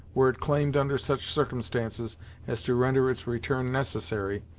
were it claimed under such circumstances as to render its return necessary,